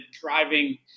driving